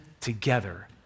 together